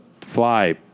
fly